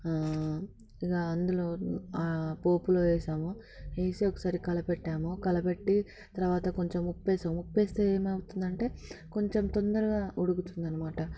అందులో ఆపోపులో వేసాము వేసి ఒకసారి కలపెట్టాము కలపెట్టి తర్వాత కొంచెం ఉప్పు వేసాం ఉప్పు వేస్తే ఏమవుతుంది అంటే కొంచెం తొందరగా ఉడుకుతుంది అన్నమాట